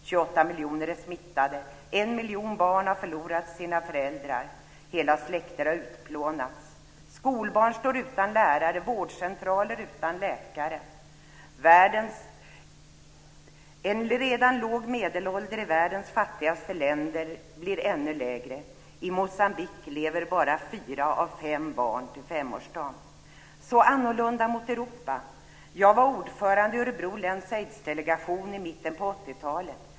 28 miljoner är smittade. 1 miljon barn har förlorat sina föräldrar. Hela släkter har utplånats. Skolbarn står utan lärare, vårdcentraler utan läkare. En redan låg medelålder i världens fattigaste länder blir ännu lägre. I Moçambique lever bara fyra av fem barn till femårsdagen. Så annorlunda är det mot Europa. Jag var ordförande i Örebro läns aidsdelegation i mitten på 80 talet.